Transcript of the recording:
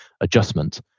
adjustment